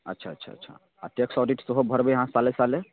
अच्छा अच्छा अच्छा आओर टैक्स ऑडिट सेहो भरबै अहाँ साले साले